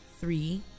three